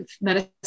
medicine